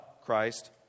Christ